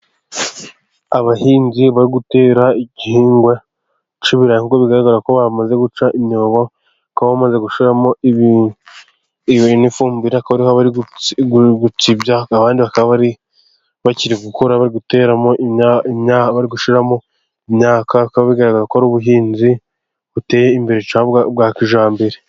Abahinzi bari gutera igihingwa cy'ibirayi bigaragara ko bamaze guca imyobo, ko bamaze gushyiramo ifumbire, hakaba hariho abari gutsibya abandi bakaba bakiri gukora, bari gutera, bari gushyiramo imyaka, bikaba bigaragara ko ari ubuhinzi buteye imbere, cyangwa bwa kijyambere.